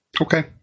Okay